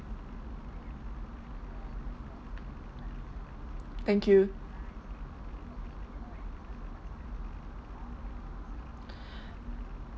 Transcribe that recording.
thank you